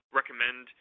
recommend